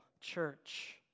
church